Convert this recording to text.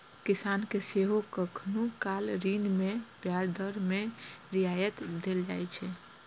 किसान कें सेहो कखनहुं काल ऋण मे ब्याज दर मे रियायत देल जाइ छै